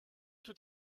tout